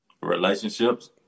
Relationships